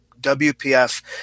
WPF